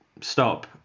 stop